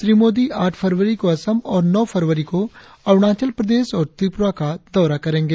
श्री मोदी आठ फरवरी को असम और नौ फरवरी को अरुणाचल प्रदेश और त्रिपुरा का दौरा करेंगे